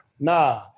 Nah